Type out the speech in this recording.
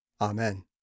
Amen